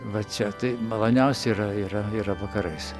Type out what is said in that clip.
va čia tai maloniausia yra yra yra vakarais